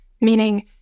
meaning